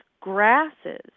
grasses